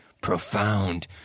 profound